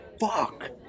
Fuck